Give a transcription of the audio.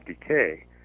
decay